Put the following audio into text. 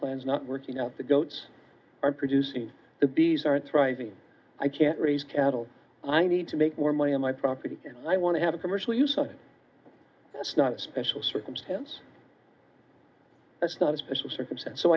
plans not work you know the goats are producing the bees are thriving i can't raise cattle i need to make more money on my property and i want to have a commercial use so that's not a special circumstance that's not a special circumstance so